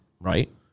right